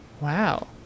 Wow